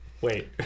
Wait